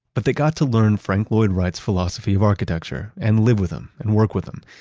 but they got to learn frank lloyd wright's philosophy of architecture and live with him and work with him,